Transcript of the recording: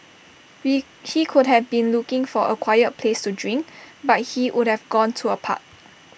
be he could have been looking for A quiet place to drink but he would have gone to A park